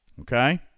Okay